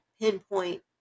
pinpoint